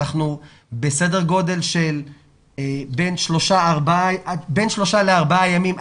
אנחנו בסדר גודל של ביין שלושה לארבעה ימים,